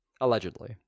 allegedly